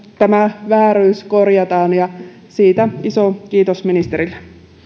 tämä vääryys korjataan ja siitä iso kiitos ministerille